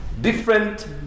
different